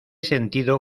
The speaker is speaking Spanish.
sentido